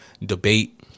debate